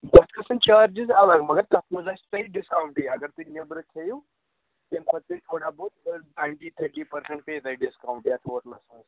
تَتھ کھسَن چارٕجِز الگ مگر تتھ منٛز آسہِ تۅہہِ ڈِسکاونٛٹٕے اَگر تُہۍ نیٚبرٕ کھیِٚیِو تَمہِ کھۅتہٕ پیٚیہِ تھوڑا بہت ٹُونٹی تھٲٹی پٔرسَنٛٹ پیٚیہِ تۅہہِ ڈِسکاوُنٛٹ یتھ ہوٹلس منٛز